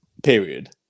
Period